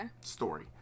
story